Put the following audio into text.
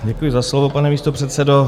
Děkuji za slovo, pane místopředsedo.